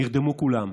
נרדמו כולם.